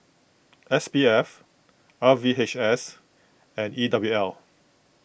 S P F R V H S and E W L